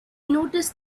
noticed